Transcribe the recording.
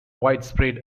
widespread